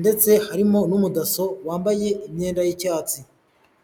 Ndetse harimo n'umudaso wambaye imyenda y'icyatsi.